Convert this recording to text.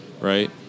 right